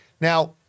Now